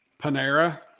Panera